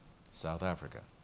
south africa.